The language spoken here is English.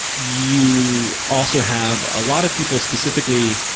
you also have a lot of people specifically,